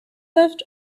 left